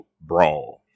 brawl